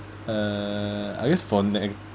uh I use phone name